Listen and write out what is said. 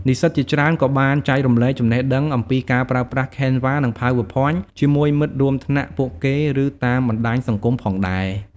និស្សិតជាច្រើនក៏បានចែករំលែលចំណេះដឹងអំពីការប្រើប្រាស់ Canva និង PowerPoint ជាមួយមិត្តរួមថ្នាក់ពួកគេ ឬតាមបណ្ដាញសង្គមផងដែរ។